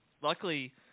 luckily